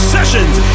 Sessions